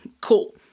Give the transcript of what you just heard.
Cool